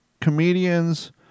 comedians